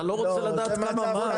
אתה לא רוצה לדעת כמה מס?